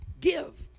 Give